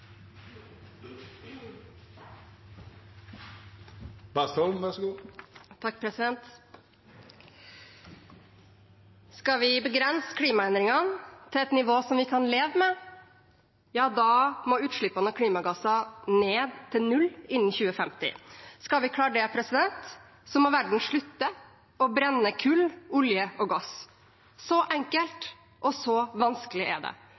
Skal vi begrense klimaendringene til et nivå som vi kan leve med, må utslippene av klimagasser ned til null innen 2050. Skal vi klare det, må verden slutte å brenne kull, olje og gass. Så enkelt og så vanskelig er det.